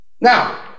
Now